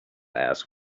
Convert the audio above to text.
ask